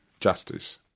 justice